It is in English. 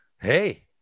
Hey